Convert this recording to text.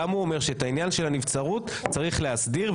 גם הוא אומר שאת העניין של הנבצרות צריך להסדיר,